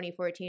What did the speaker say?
2014